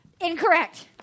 Incorrect